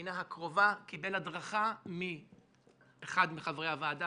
הבחינה הקרובה קיבל הדרכה מאחד מחברי הוועדה,